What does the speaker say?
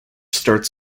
starts